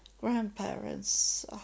grandparents